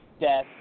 death